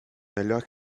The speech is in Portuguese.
melhor